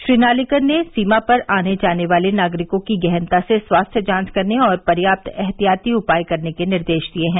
श्री नार्लिकर ने सीमा पर आने जाने वाले नागरिकों की गहनता से स्वास्थ्य जांच करने और पर्याप्त एहतियाती उपाय करने के निर्देश दिए हैं